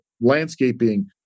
landscaping